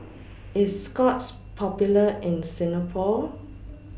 IS Scott's Popular in Singapore